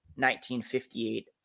1958